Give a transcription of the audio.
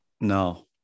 No